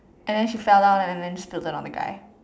and then she fell down and then spilt it on the guy